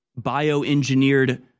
bioengineered